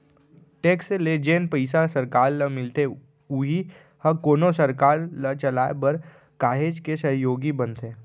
tax ले जेन पइसा सरकार ल मिलथे उही ह कोनो सरकार ल चलाय बर काहेच के सहयोगी बनथे